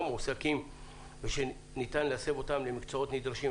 מועסקים ושניתן להסב אותם למקצועות נדרשים.